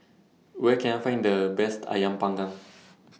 Where Can I Find The Best Ayam Panggang